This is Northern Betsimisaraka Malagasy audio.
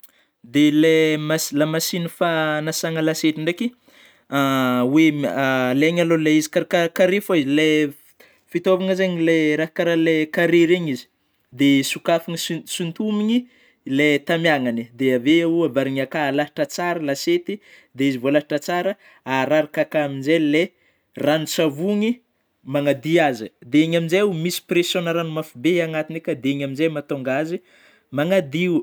De le machine lamasigny fanasana l'assiette ndraiky, oe alaina alôha ilay izy karaha kare foagna, ilay fi-fitaovagna zagny ilay raha karaha le kare regny izy, de sôkafina si-sontoniny ilay tamiagnany, avy eo avarina akany alahatra tsara l'assiette, dia izy voalahatra tsara araraka amin'iizay ilay ranon-tsavony magnadio azy, de igny amin'izay oh misy pression-na ragno mafy be agnatiny ako, dia igny amzay mahatonga azy magnadio.